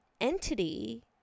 entity